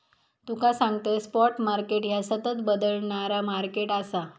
तुका सांगतंय, spot market ह्या सतत बदलणारा मार्केट आसा